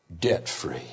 debt-free